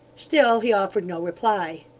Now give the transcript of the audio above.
still he offered no reply.